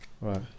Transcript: Right